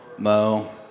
Mo